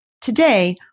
Today